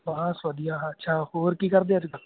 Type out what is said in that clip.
ਬਸ ਵਧੀਆ ਅੱਛਾ ਹੋਰ ਕੀ ਕਰਦੇ ਅੱਜ ਕੱਲ੍ਹ